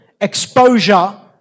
exposure